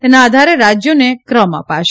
તેના આધારે રાજ્યોને ક્રમ અપાશે